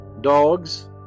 dogs